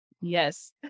Yes